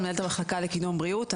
מנהלת המחלקה לקידום בריאות.